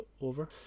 over